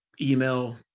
email